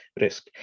risk